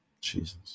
Jesus